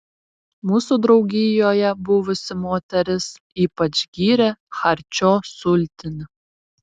mūsų draugijoje buvusi moteris ypač gyrė charčio sultinį